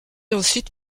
ensuite